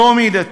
לא מידתי.